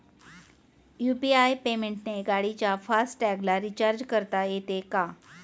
UPI पेमेंटने गाडीच्या fast टॅगला रिर्चाज करता येते का?